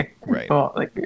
right